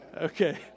Okay